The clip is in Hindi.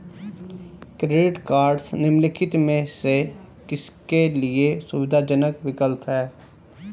क्रेडिट कार्डस निम्नलिखित में से किसके लिए सुविधाजनक विकल्प हैं?